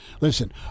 Listen